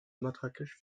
matraquage